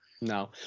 No